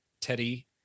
Teddy